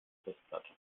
festplatte